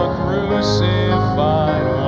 crucified